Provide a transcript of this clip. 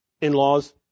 in-laws